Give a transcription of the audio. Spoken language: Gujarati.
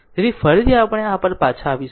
તેથી ફરીથી આપણે આ પર પાછા આવીશું